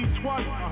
twice